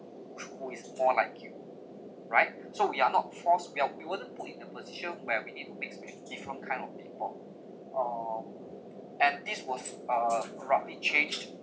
who is more like you right so we are not forced we are we weren't put in a position where we didn't mix with different kind of people um and this was uh abruptly changed